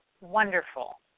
wonderful